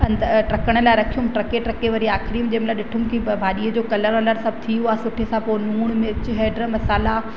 अंदरि टहिकाइण लाइ टहिके टहिके वरी आख़िरी में जंहिं महिल ॾिठमि की भाॼीअ जो कलर वलर थी वियो आहे सुठे सां पोइ लूणु मिर्च हैड मसाल्हा